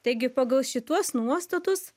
taigi pagal šituos nuostatus